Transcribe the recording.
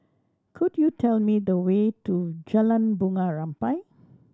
could you tell me the way to Jalan Bunga Rampai